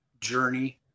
journey